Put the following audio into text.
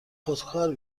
خودکار